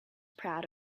proud